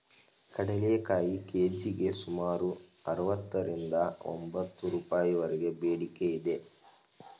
ಕಡಲೆಕಾಯಿ ಕೆ.ಜಿಗೆ ಸುಮಾರು ಅರವತ್ತರಿಂದ ಎಂಬತ್ತು ರೂಪಾಯಿವರೆಗೆ ಬೇಡಿಕೆ ಇದೆ